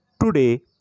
Today